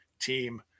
team